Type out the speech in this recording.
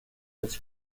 its